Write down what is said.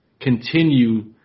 continue